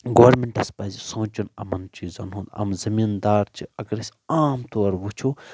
governments پزِ سونٛچُن یِمن چٖیزن ہُند یِم زٔمیٖندار چھِ اگر أسۍ عام طور وٕچھو